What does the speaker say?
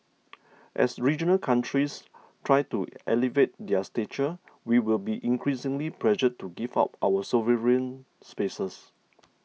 as regional countries try to elevate their stature we will be increasingly pressured to give up our sovereign spaces